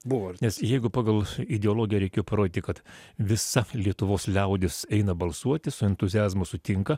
buvo nes jeigu pagal ideologiją reikėjo parodyti kad visa lietuvos liaudis eina balsuoti su entuziazmu sutinka